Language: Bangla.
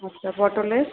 আচ্ছা পটলের